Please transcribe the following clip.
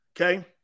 Okay